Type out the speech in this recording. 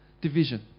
division